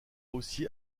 aussi